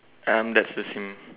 I'm Dexter sing